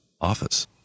office